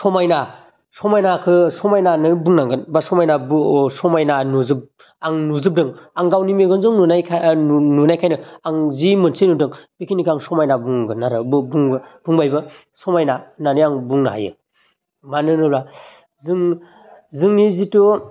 समायना समायनाखौ समायना होन्ना बुंनांगोन बा समायना बु समायना नुजोब आं नुजोबदों आं गावनि मेगनजों नुनायखाय नुनायखायनो आं जि मोनसे नुदों बेखिनिखौ आं समायना बुंगोन आरो बु बुं बुंनायबा समायना होन्नानै आं बुंनो हायो मानो होनोबा जों जोंनि जितु